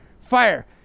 fire